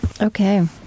Okay